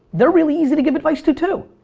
they're really easy to give advice to too.